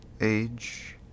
age